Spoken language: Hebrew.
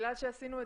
בגלל שעשו את